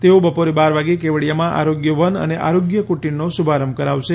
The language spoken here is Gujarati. તેઓ બપોરે બાર વાગે કેવડિયામાં આરોગ્ય વન અને આરોગ્ય કુટીરનો શુભારંભ કરાવશે